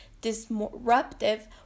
disruptive